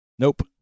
Nope